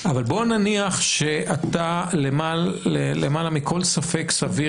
אבל בוא נניח שאתה למעלה מכל ספק סביר